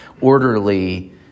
orderly